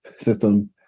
system